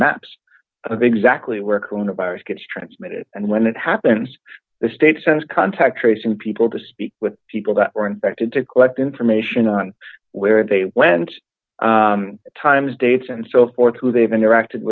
maps of exactly where corona virus gets transmitted and when that happens the state sends contact tracing people to speak with people that were infected to collect information on where they went times dates and so forth who they've interacted